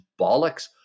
bollocks